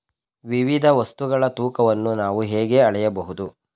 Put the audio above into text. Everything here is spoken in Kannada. ವಿವಿಧ ವಸ್ತುಗಳ ತೂಕವನ್ನು ನಾವು ಹೇಗೆ ಅಳೆಯಬಹುದು?